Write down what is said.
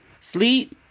sleep